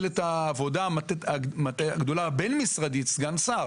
העבודה הגדולה הבין-משרדית הוא סגן השר.